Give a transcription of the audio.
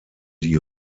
die